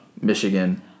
Michigan